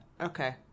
Okay